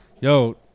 Yo